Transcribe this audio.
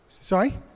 Sorry